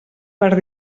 per